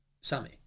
Sammy